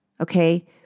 okay